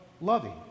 loving